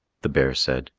the bear said,